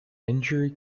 injury